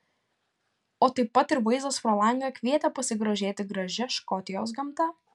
o taip pat ir vaizdas pro langą kvietė pasigrožėti gražia škotijos gamta